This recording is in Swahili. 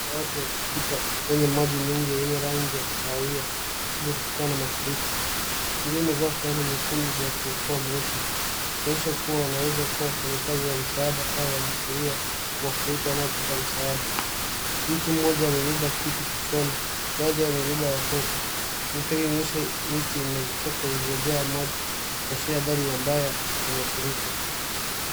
Watu wakipita kwenye maji mengi yenye rangi ya kahawia kutokana ma mafuriko. Wengine wamevaa fulana za nyekundu za kuokoa maisha kuonyesha kuwa wanaweza kuwa wafanyakazi wa msaada wanaoashiria mafuriko wanaopata msaada. Mtummoja mebeba kitu kichwani. Baadhi yao wamebeba watoto. Mandhari yanaonyesha miti na vichaka iliyojaa maji kuashiria athari mbaya za mafuriko.